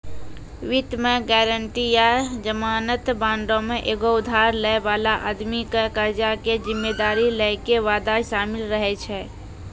वित्त मे गायरंटी या जमानत बांडो मे एगो उधार लै बाला आदमी के कर्जा के जिम्मेदारी लै के वादा शामिल रहै छै